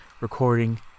recording